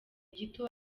gito